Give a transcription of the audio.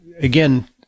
again